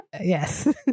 Yes